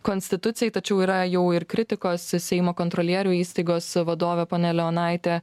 konstitucijai tačiau yra jau ir kritikos s seimo kontrolierių įstaigos vadovė ponia leonaitė